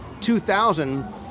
2000